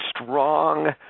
strong